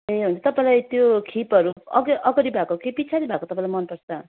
ए हुन्छ तपाईँलाई त्यो खिपहरू अघि अगाडि भएको कि पछाडि भएको तपाईँलाई मनपर्छ